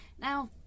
now